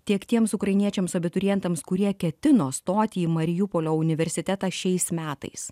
tiek tiems ukrainiečiams abiturientams kurie ketino stoti į mariupolio universitetą šiais metais